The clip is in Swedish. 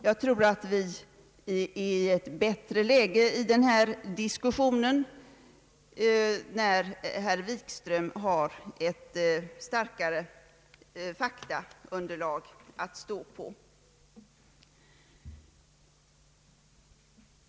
Jag tror att vi kommer att befinna oss i ett bättre läge i denna diskussion när herr Wikström har ett starkare faktaunderlag att stå på.